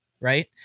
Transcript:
right